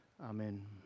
Amen